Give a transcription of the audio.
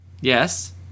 Yes